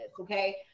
okay